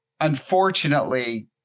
Unfortunately